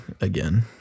again